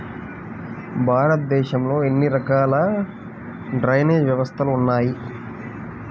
భారతదేశంలో ఎన్ని రకాల డ్రైనేజ్ వ్యవస్థలు ఉన్నాయి?